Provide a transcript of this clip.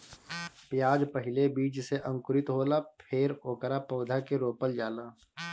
प्याज पहिले बीज से अंकुरित होला फेर ओकरा पौधा के रोपल जाला